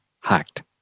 hacked